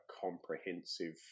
comprehensive